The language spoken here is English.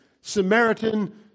Samaritan